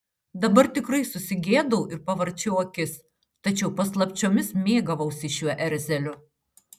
dabar tikrai susigėdau ir pavarčiau akis tačiau paslapčiomis mėgavausi šiuo erzeliu